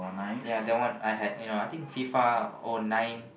ya that one I had you know I think FIFA or nine